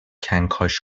کنکاش